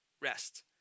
rest